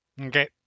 Okay